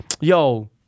Yo